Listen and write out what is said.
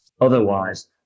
Otherwise